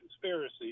conspiracy